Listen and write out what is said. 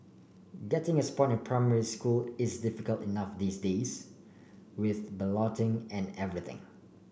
getting a spot in primary school is difficult enough these days with balloting and everything